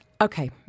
Okay